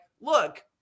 look